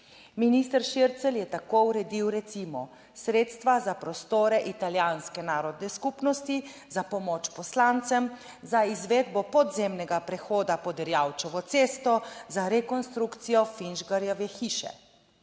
Minister Šircelj je tako uredil recimo sredstva za prostore italijanske narodne skupnosti, za pomoč poslancem, za izvedbo podzemnega prehoda pod Erjavčevo cesto, za rekonstrukcijo Finžgarjeve hiše.